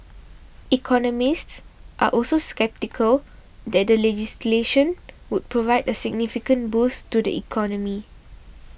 economists are also sceptical that the legislation would provide a significant boost to the economy